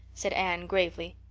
said anne gravely.